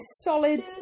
solid